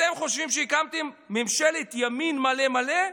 אתם חושבים שהקמתם ממשלת ימין מלא מלא,